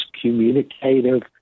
communicative